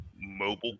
mobile